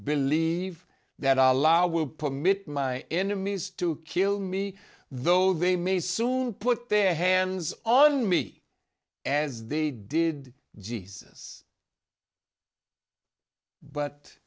believe that a law will permit my enemies to kill me though they may soon put their hands on me as they did jesus but